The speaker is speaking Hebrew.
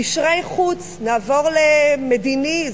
נעבור למדיני,